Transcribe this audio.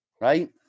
right